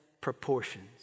proportions